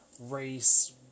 race